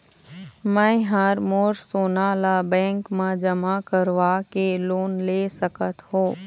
मैं हर मोर सोना ला बैंक म जमा करवाके लोन ले सकत हो?